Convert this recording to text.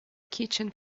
kitchen